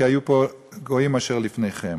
כי היו פה גויים אשר לפניכם.